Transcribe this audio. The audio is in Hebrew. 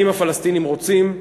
אם הפלסטינים רוצים,